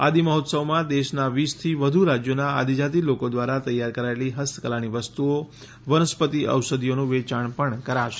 આદિ મહોત્સવમાં દેશના વીસથી વધુ રાજ્યોના આદિજાતિ લોકો દ્વારા તૈયાર કરાયેલી હસ્તકલાની વસ્તુઓ વનસ્પતિ ઔષધીઓનું વેચાણ પણ કરાશે